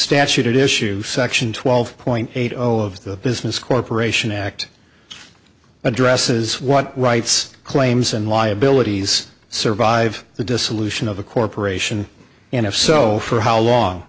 statute issue section twelve point eight zero of the business corporation act addresses what rights claims and liabilities survive the dissolution of a corporation and if so for how long